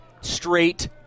straight